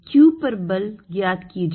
Q पर बल ज्ञात कीजिए